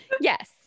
yes